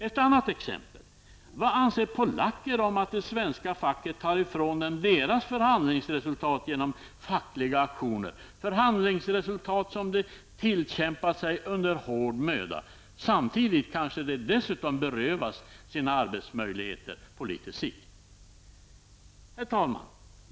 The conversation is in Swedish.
Ett annat exempel: Vad anser polacker om att det svenska facket tar ifrån dem deras förhandlingsresultat genom fackliga aktioner, förhandlingsresultat som de tillkämpat sig under hård möda? Samtidigt kanske de dessutom på litet sikt berövas sina arbetsmöjligheter.